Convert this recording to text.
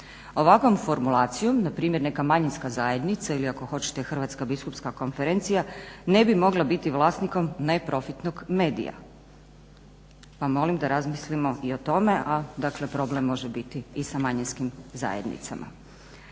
Ovakvom formulacijom npr. neka manjinska zajednica ili ako hoćete Hrvatska biskupska konferencija ne bi mogla biti vlasnikom neprofitnog medija pa molim da razmislimo i o tome, a problem dakle može biti i sa manjinskim zajednicama.